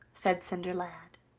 said cinderlad.